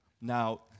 Now